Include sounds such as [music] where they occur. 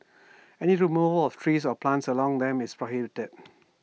[noise] any removal of trees or plants along them is prohibited